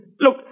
Look